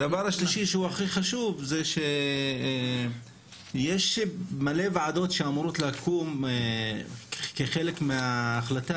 הדבר השלישי שהוא הכי חשוב זה שיש מלא ועדות שאמורות לקום כחלק מההחלטה.